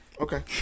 okay